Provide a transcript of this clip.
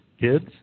kids